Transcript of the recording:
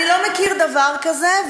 אני לא מכיר דבר כזה,